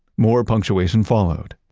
more punctuation followed.